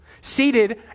Seated